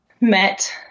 met